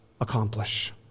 accomplish